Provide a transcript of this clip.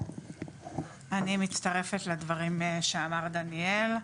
אני מצטרפת לדברים שאמר דניאל.